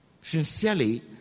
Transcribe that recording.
Sincerely